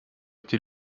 été